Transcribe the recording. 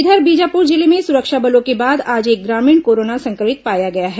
इधर बीजापुर जिले में सुरक्षा बलों के बाद आज एक ग्रामीण कोरोना संक्रमित पाया गया है